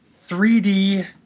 3d